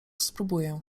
spróbuję